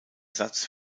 satz